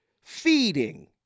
feeding